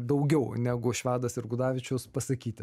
daugiau negu švedas ir gudavičius pasakyti